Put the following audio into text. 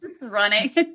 running